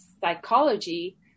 psychology